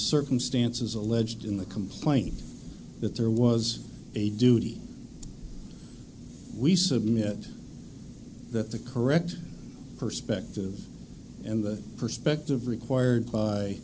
circumstances alleged in the complaint that there was a duty we submit that the correct perspective and the perspective required by